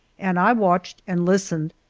and i watched and listened,